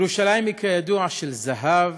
ירושלים היא כידוע של זהב